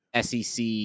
SEC